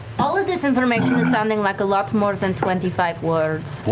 all of this information is sounding like a lot more than twenty five words.